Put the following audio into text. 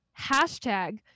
hashtag